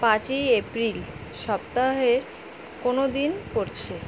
পাঁচই এপ্রিল সপ্তাহের কোনো দিন পড়ছে